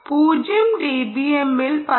0 dBm ൽ 13